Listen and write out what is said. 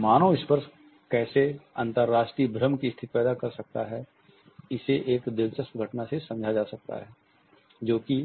मानव स्पर्श कैसे अंतरराष्ट्रीय भ्रम की स्थिति पैदा कर सकता है इसे एक दिलचस्प घटना से समझा जा सकता है जो कि